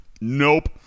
nope